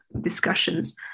discussions